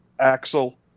Axel